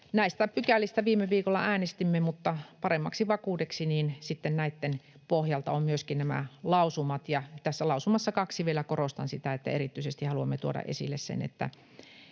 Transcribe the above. Näistä pykälistä viime viikolla äänestimme, mutta paremmaksi vakuudeksi sitten näitten pohjalta ovat myöskin nämä lausumat. Vielä korostan sitä, että tässä lausumassa 2 erityisesti haluamme tuoda esille sen, että